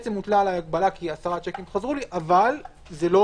הוטלה עלי הגבלה כי 10 שיקים חזרו לי אבל זה לא